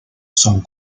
son